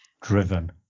driven